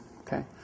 Okay